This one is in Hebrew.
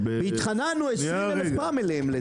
התחננו אליהם עשרים אלף פעם.